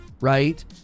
right